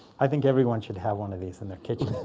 i think everyone should have one of these in their kitchen.